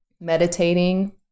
meditating